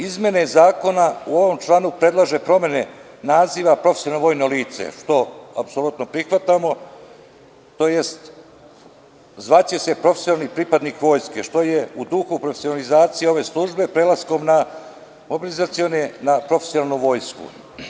Izmene zakona u ovom članu predlaže promene naziva profesionalno vojno lice što apsolutno prihvatamo tj. zvaće se profesionalni pripadnik vojske što je u duhu profesionalizacije ove službe prelaskom na profesionalno vreme.